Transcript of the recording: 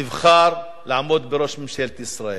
נבחר לעמוד בראש ממשלת ישראל.